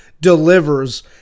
delivers